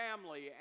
family